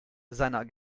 seiner